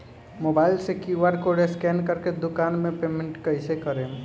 Mobile से QR code scan कर के दुकान मे पेमेंट कईसे करेम?